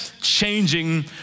changing